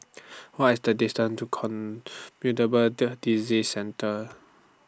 What IS The distance to Communicable The Disease Centre